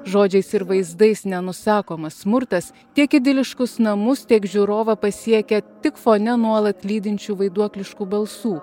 žodžiais ir vaizdais nenusakomas smurtas tiek idiliškus namus tiek žiūrovą pasiekia tik fone nuolat lydinčių vaiduokliškų balsų